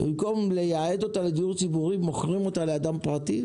ובמקום לייעד אותה לדיור ציבורי אתם מוכרים אותה לאדם פרטי?